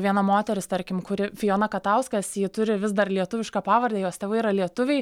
viena moteris tarkim kuri fijona katauskas ji turi vis dar lietuvišką pavardę jos tėvai yra lietuviai